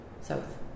South